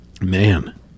Man